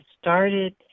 started